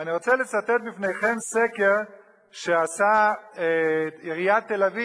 אני רוצה לצטט בפניכם סקר שעשתה עיריית תל-אביב,